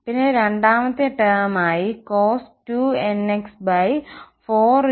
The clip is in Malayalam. പിന്നെ രണ്ടാമത്തെ ടെം ആയി cos 2nx44n2 1 ഉം